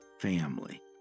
family